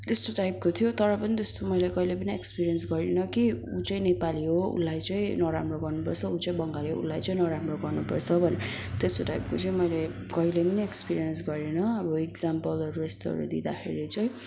त्यस्तो टाइपको थियो तर पनि त्यस्तो मैले कहिले पनि एक्सपिरियन्स गरिनँ कि उ चाहिँ नेपाली हो उसलाई चाहिँ नराम्रो गर्नुपर्छ उ चाहिँ बङ्गाली हो उसलाई चाहिँ नराम्रो गर्नुपर्छ बनेर त्यस्तो टाइपको चाहिँ मैले कहिले पनि एक्सपिरियन्स गरिनँ अब इक्जाम्पलहरू यस्तोहरू दिँदाखेरि चाहिँ